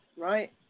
right